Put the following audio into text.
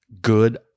Good